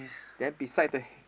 then beside the